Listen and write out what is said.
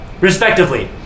Respectively